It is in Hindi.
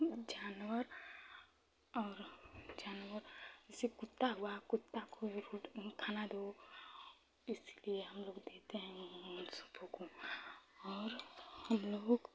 जानवर और जानवर जैसे कुत्ता हुआ कुत्ता को खाना दो इसीलिए हमलोग देते हैं उन सबों को और हमलोग